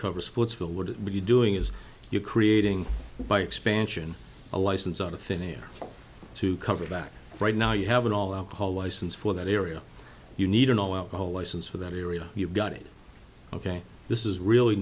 cover sports bill would be doing is you creating by expansion a license out of thin air to cover back right now you have an all alcohol license for that area you need an all out the whole license for that area you got it ok this is really